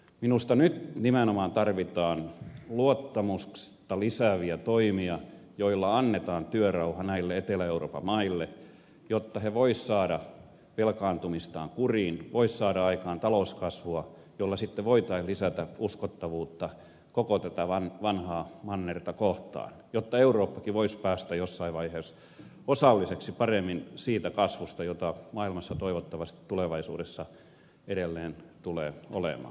minusta nyt tarvitaan nimenomaan luottamusta lisääviä toimia joilla annetaan työrauha näille etelä euroopan maille jotta ne voisivat saada velkaantumistaan kuriin voisivat saada aikaan talouskasvua jolla sitten voitaisiin lisätä uskottavuutta koko tätä vanhaa mannerta kohtaan jotta eurooppakin voisi päästä jossain vaiheessa paremmin osalliseksi siitä kasvusta jota maailmassa toivottavasti tulevaisuudessa edelleen tulee olemaan